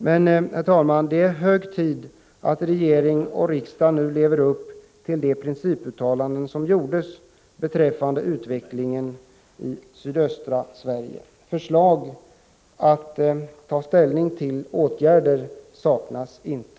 Men det är hög tid att regering och riksdag nu lever upp till de principuttalanden som gjorts beträffande utvecklingen i sydöstra Sverige. Åtgärdsförslag att ta ställning till saknas inte.